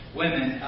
women